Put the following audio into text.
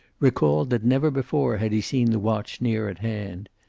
recalled that never before had he seen the watch near at hand.